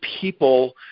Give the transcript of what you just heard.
people